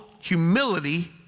humility